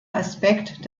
aspekt